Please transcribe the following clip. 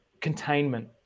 containment